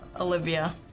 Olivia